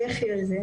לכי על זה'.